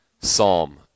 psalm